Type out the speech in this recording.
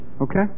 okay